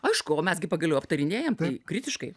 aišku o mes gi pagaliau aptarinėjam tai kritiškai